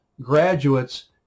graduates